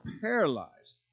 paralyzed